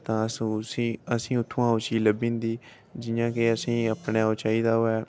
तां अस उसी असें ई उत्थुआं ओह् चीज लब्भी जंदी जि'यां के असें ई अपने ओह् चाहिदा होऐ